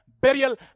burial